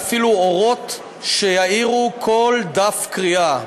ואפילו אורות שיאירו כל דף קריאה,